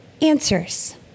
Answers